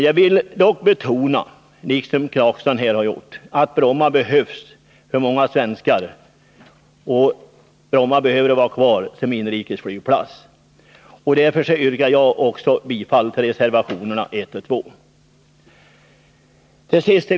Jag vill dock betona, liksom Rolf Clarkson här har gjort, att många svenskar har behov av att Bromma finns kvar som inrikesflygplats. Därför yrkar jag bifall till reservationerna 1 och 2. Herr talman!